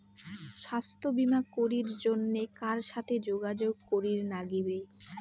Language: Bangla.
স্বাস্থ্য বিমা করির জন্যে কার সাথে যোগাযোগ করির নাগিবে?